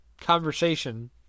conversation